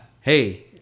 Hey